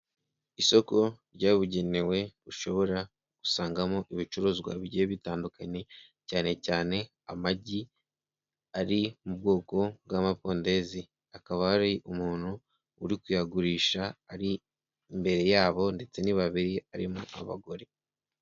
Isoko ryabugenewe ushobora gusangamo ibicuruzwa bigiye bitandukanye, cyane cyane amagi ari mu bwoko bw'amapondezi, hakaba hari umuntu uri kuyagurisha ari imbere yabo, ndetse ni babiri, harimo abagore.